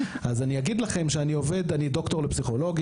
אז אני אגיד לכם שאני ד"ר לפסיכולוגיה,